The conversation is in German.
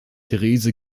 therese